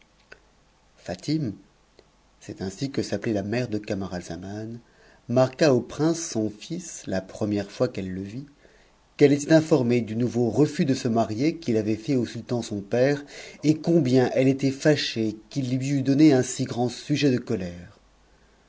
c'était ainsi que s'appelait la mère de camaralzaman jna q au prince son fils la première fois qu'elle le vit qu'elle était infbi'n il nouveau refus de se marier qu'il avait fait au sultan son pèt't t ë était fâchée qu'il lui eût donné un si grand sujet de colère